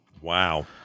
Wow